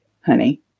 honey